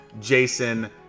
Jason